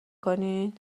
کنین